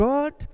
God